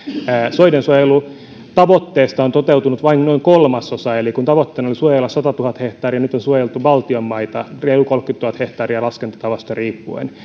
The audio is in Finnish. soidensuojelutavoitteesta on toteutunut vain noin kolmasosa eli kun tavoitteena oli suojella satatuhatta hehtaaria nyt on suojeltu valtionmaita reilut kolmekymmentätuhatta hehtaaria laskentatavasta riippuen